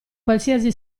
qualsiasi